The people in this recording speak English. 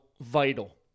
vital